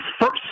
first